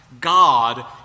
God